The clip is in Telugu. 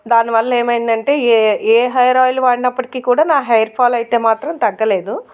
దానివల్ల ఏమైంది అంటే ఏ ఏ హెయిర్ ఆయిల్ వాడినప్పటికి కూడా నా హెయిర్ ఫాల్ అయితే మాత్రం తగ్గలేదు